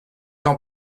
ans